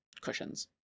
cushions